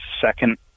second-